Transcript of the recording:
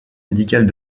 médicale